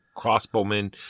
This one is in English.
crossbowmen